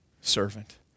servant